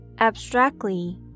abstractly